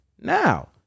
now